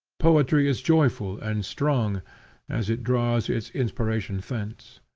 poetry is joyful and strong as it draws its inspiration thence.